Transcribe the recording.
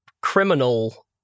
criminal